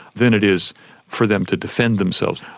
than it is for them to defend themselves.